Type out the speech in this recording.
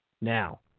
Now